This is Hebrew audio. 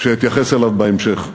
שאתייחס אליו בהמשך.